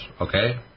Okay